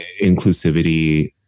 inclusivity